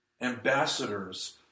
ambassadors